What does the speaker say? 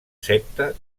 secta